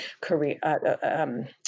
career